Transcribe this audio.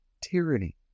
tyranny